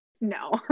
No